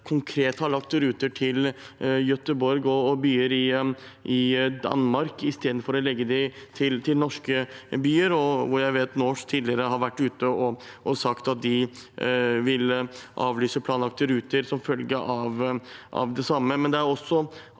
konkret lagt ruter til Göteborg og byer i Danmark istedenfor å legge dem til norske byer, og jeg vet at Norse tidligere har vært ute og sagt de vil avlyse planlagte ruter som følge av det samme.